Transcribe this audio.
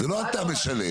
זה לא שאתה משלם.